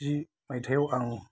जि मायथायाव आं